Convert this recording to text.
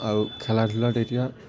আৰু খেলা ধূলাৰ তেতিয়া